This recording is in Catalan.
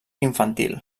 infantil